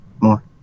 more